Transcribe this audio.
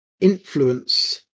influence